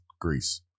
greece